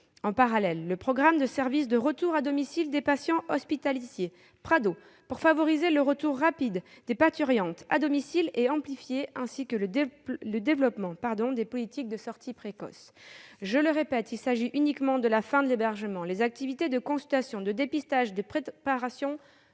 En parallèle, le programme de service de retour à domicile des patients hospitalisés, dit Prado, destiné à favoriser le retour rapide des parturientes à domicile, est amplifié, à l'instar du développement des politiques de sorties précoces. Je le répète, il s'agit uniquement de la fin de l'hébergement. Les activités de consultation, de dépistage et de préparation